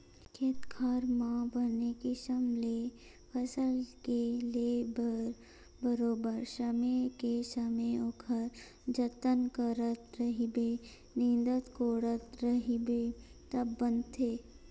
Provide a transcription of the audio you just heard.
खेत खार म बने किसम ले फसल के ले बर बरोबर समे के समे ओखर जतन करत रहिबे निंदत कोड़त रहिबे तब बनथे